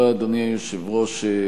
אדוני היושב-ראש,